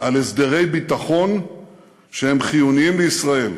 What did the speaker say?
על הסדרי ביטחון שהם חיוניים לישראל,